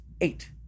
eight